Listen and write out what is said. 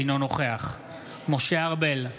אינו נוכח משה ארבל,